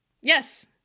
yes